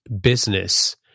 business